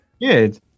Good